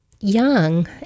young